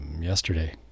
yesterday